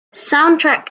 soundtrack